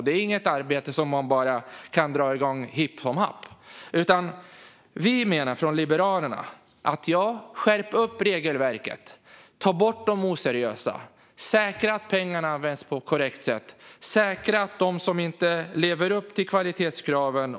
Det är inget arbete som man bara kan dra igång hipp som happ. Vi liberaler säger: Skärp upp regelverket! Ta bort de oseriösa! Säkra att pengarna används på korrekt sätt!